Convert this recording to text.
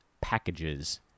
packages